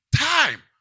time